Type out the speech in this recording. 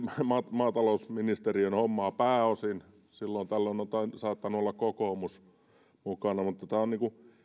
maatalousministerin hommaa pääosin silloin tällöin on on saattanut olla kokoomus mukana tämä on